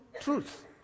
truth